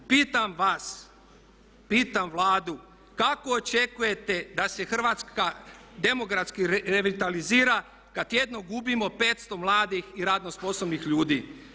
Pitam vas, pitam Vladu kako očekujte da se Hrvatska demografski revitalizira kad tjedno gubimo 500 mladih i radno sposobnih ljudi?